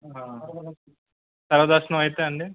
సర్వ దర్శనం అయితే అండి